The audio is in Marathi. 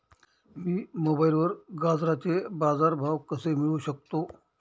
मी मोबाईलवर गाजराचे बाजार भाव कसे मिळवू शकतो?